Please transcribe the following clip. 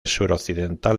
suroccidental